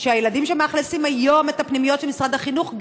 שהילדים שמאכלסים היום את הפנימיות של משרד החינוך,